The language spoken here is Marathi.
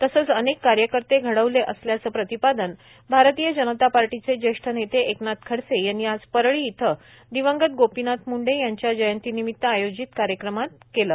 तसंच अनेक कार्यकर्ते घडविले असल्याच प्रतिपादन भारतीय जनता पार्टीचे नेते एकनाथ खडसे यांनी आज परळी इथं दिवंगत गोपीनाथ मुंडे याच्या जयंती निमित्त आयोजित कार्यक्रमात केलं